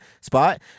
spot